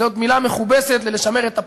זו מילה מכובסת ללשמר את הפרטנר,